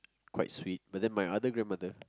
quite sweet but then my other grandmother